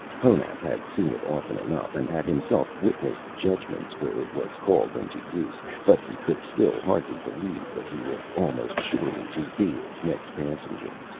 honath had seen it often enough, and had himself witnessed judgments where it was called into use, but he could still hardly believe that he was almost surely to be its next passenger.